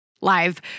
live